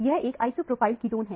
यह एक isopropyl ketone है